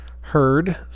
heard